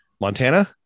montana